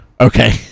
Okay